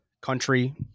country